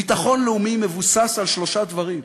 ביטחון לאומי מבוסס על שלושה דברים: